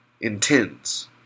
intends